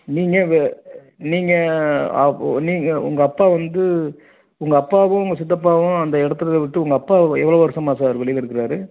நீங்கள் வே நீங்கள் நீங்கள் உங்கள் அப்பா வந்து உங்கள் அப்பாவும் உங்கள் சித்தப்பாவும் அந்த இடத்துல விட்டு உங்கள் அப்பா எவ்வளோ வருஷமாக சார் வெளியில இருக்கிறார்